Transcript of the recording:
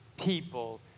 people